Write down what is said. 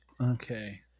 Okay